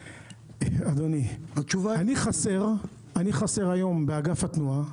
אדוני, אני חסר היום באגף התנועה,